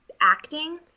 acting